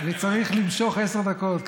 אני צריך למשוך עשר דקות.